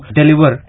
deliver